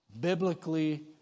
biblically